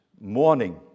morning